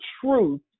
truth